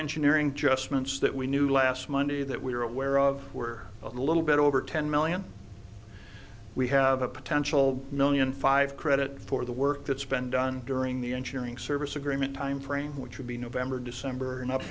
engineering just moments that we knew last monday that we were aware of were a little bit over ten million we have a potential million five credit for the work that's been done during the ensuring service agreement time frame which would be november december